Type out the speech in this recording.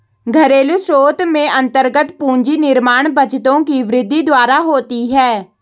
घरेलू स्रोत में अन्तर्गत पूंजी निर्माण बचतों की वृद्धि द्वारा होती है